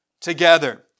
together